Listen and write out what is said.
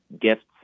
gifts